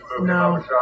No